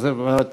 זאת אומרת